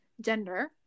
gender